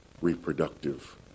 reproductive